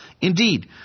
Indeed